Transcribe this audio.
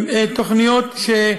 הן תוכניות,